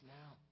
now